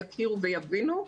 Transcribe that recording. יכירו ויבינו,